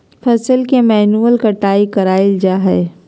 फसल के मैन्युअल कटाय कराल जा हइ